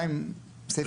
נכון,